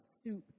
stoop